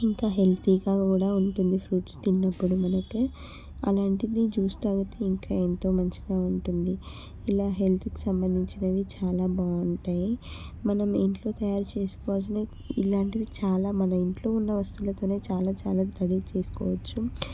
ఇంకా హెల్తీగా కూడా ఉంటుంది ఫ్రూట్స్ తిన్నప్పుడు మనకే అలాంటిది జ్యూస్ తాగితే ఇంక ఎంతో మంచిగా ఉంటుంది ఇలా హెల్త్కి సంబంధించినవి చాలా బాగుంటాయి మనం ఇంట్లో తయారు చేసుకోవలసినవి ఇలాంటివి చాలా మన ఇంట్లో ఉన్న వస్తువులతోనే చాలా చాలా రెడీ చేసుకోవచ్చు